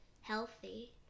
healthy